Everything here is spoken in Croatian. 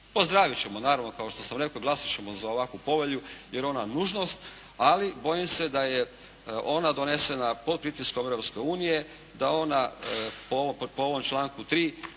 Pozdravit ćemo naravno, kao što sam rekao, glasat ćemo za ovakvu Povelju, jer je ona nužnost ali bojim se da je ona donesena pod pritiskom Europske unije, da ona po ovom članku 3.